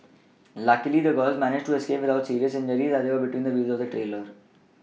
luckily the girls managed to escape without serious injuries as they were between the wheels of the trailer